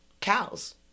cows